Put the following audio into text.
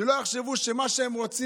שלא יחשבו שמה שהם רוצים,